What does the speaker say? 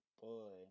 Boy